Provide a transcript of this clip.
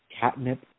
catnip